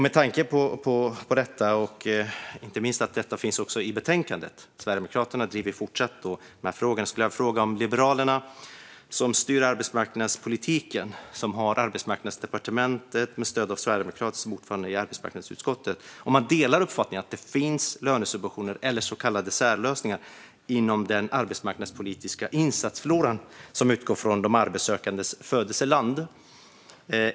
Med tanke på detta och inte minst att det finns med i betänkandet, då Sverigedemokraterna fortsätter att driva frågan, vill jag ställa en fråga till Liberalerna, som styr arbetsmarknadspolitiken och Arbetsmarknadsdepartementet med stöd av Sverigedemokraterna, som innehar ordförandeposten i arbetsmarknadsutskottet. Håller man med om att det finns lönesubventioner eller så kallade särlösningar inom den arbetsmarknadspolitiska insatsfloran som utgår från de arbetssökandes födelseland?